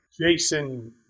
Jason